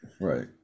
Right